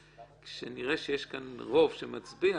שאם נראה שיש כאן רוב שמצביע,